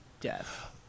death